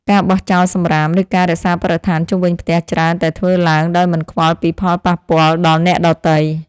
ការបោះចោលសម្រាម ឬការរក្សាបរិស្ថានជុំវិញផ្ទះច្រើនតែធ្វើឡើងដោយមិនខ្វល់ពីផលប៉ះពាល់ដល់អ្នកដទៃ។